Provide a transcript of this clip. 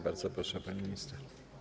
Bardzo proszę, pani minister.